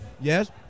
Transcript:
Yes